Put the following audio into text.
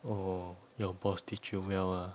orh your boss teach you miao~ lah